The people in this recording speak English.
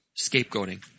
scapegoating